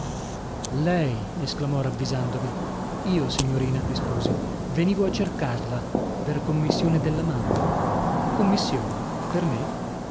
lei esclamò ravvisandomi io signorina risposi venivo a cercarla per commissione della mamma commissione per me